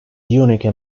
unique